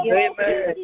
amen